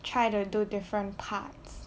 try to do different parts